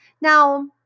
Now